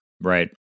Right